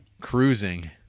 Cruising